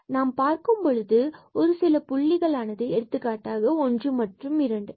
எனவே நாம் பார்க்கும் பொழுது ஒரு சில புள்ளிகள் ஆனது எடுத்துக்காட்டாக ஒன்று மற்றும் இரண்டு